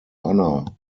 honor